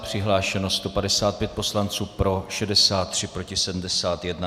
Přihlášeno 155 poslanců, pro 63, proti 71.